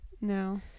no